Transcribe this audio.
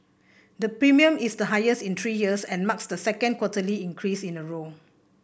the premium is the highest in three years and marks the second quarterly increase in a row